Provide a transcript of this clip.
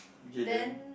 K then